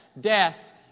death